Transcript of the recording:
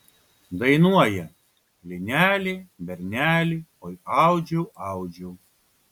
dainuoja lineli berneli oi audžiau audžiau